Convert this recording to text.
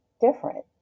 different